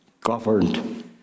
governed